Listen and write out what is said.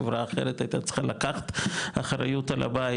חברה אחרת הייתה צריכה לקחת אחריות על הבית,